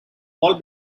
all